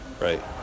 right